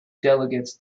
delegates